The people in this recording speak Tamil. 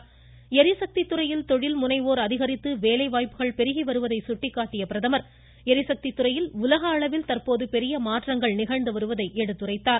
ளிசக்தி துறையில் தொழில் முனைவோா் அதிகரித்து வேலைவாய்ப்புகள் பெருகி வருவதை சுட்டிக்காட்டிய பிரதமர் ளிசக்தி துறையில் உலக அளவில் தற்போது பெரிய மாற்றங்கள் நிகழ்ந்து வருவதை எடுத்துரைத்தார்